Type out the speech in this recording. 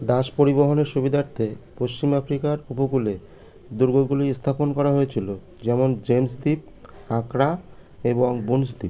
দাস পরিবহনের সুবিধার্থে পশ্চিম আফ্রিকার উপকূলে দুর্গগুলি স্থাপন করা হয়েছিলো যেমন জেমস দ্বীপ আক্রা এবং বুন্স দ্বীপ